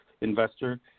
investor